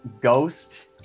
ghost